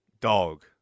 Dog